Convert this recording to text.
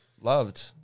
loved